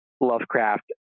Lovecraft